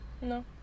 No